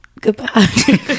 goodbye